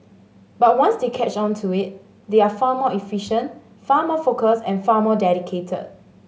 but once they catch on to it they are far more efficient far more focus and far more dedicated